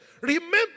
remember